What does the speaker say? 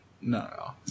no